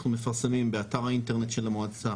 אנחנו מפרסמים באתר האינטרנט של המועצה